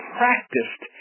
practiced